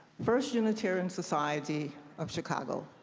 first unitarian society of chicago.